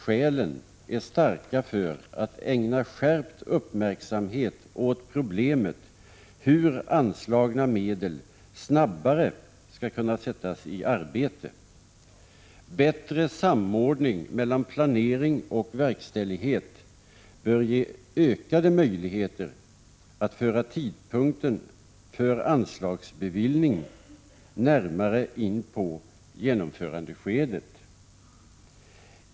Skälen är starka för att ägna skärpt uppmärksamhet åt problemet hur anslagna medel snabbare skall kunna sättas i arbete. Bättre samordning mellan planering och verkställighet bör ge ökade möjligheter att föra tidpunkten för anslagsbevillningen närmare inpå genomförandeskedet.